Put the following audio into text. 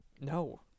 no